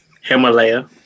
Himalaya